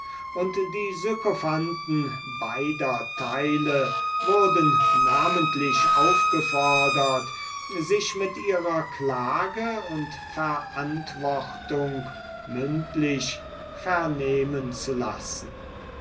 und die sykophanten beider teile wurden namentlich aufgefodert sich mit ihrer klage und verantwortung mündlich vernehmen zu lassen